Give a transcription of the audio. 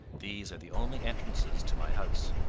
these are the only entrances to my house.